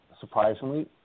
surprisingly